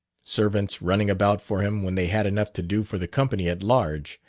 servants running about for him when they had enough to do for the company at large!